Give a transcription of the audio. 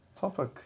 topic